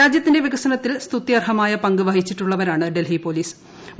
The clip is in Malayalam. രാജൃത്തിന്റെ വികസന്റത്തിൽ സ്തുത്യർഹമായ പങ്ക് വഹിച്ചിട്ടുള്ളവരാണ് ഡൽഹിപ്പോലിസ്്